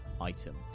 item